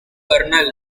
kernel